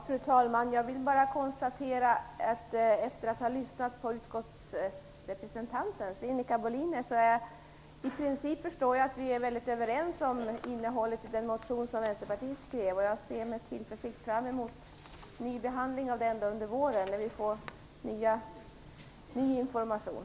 Fru talman! Jag vill bara efter att ha lyssnat på utskottets representant, Sinikka Bohlin, konstatera att vi i princip är överens om innehållet i den motion som Vänsterpartiet skrev. Jag ser med tillförsikt fram emot en ny behandling av den under våren, när vi får ny information.